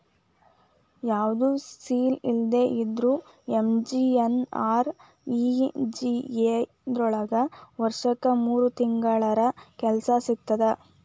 ಯಾವ್ದು ಸ್ಕಿಲ್ ಇಲ್ದೆ ಇದ್ರೂ ಎಂ.ಜಿ.ಎನ್.ಆರ್.ಇ.ಜಿ.ಎ ದೊಳಗ ವರ್ಷಕ್ ಮೂರ್ ತಿಂಗಳರ ಕೆಲ್ಸ ಸಿಗತ್ತ